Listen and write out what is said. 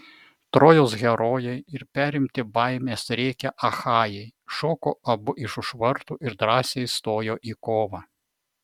trojos herojai ir perimti baimės rėkia achajai šoko abu iš už vartų ir drąsiai stojo į kovą